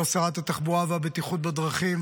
לא שרת התחבורה והבטיחות בדרכים,